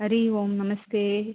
हरिः ओं नमस्ते